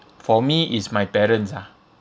for me is my parents ah